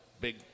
big